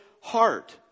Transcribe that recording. heart